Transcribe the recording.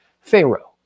Pharaoh